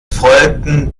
folgten